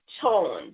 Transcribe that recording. tone